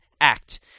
act